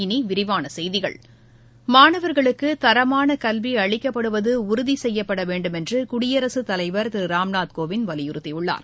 இனி விரிவான செய்திகள் மாணவர்களுக்கு தரமான கல்வி அளிக்கப்படுவது உறுதி செய்யப்பட வேண்டும் என்று குடியரசுத் தலைவர் திரு ராம்நாத் கோவிந்த் வலியுறுத்தியுள்ளார்